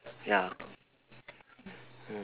ya mm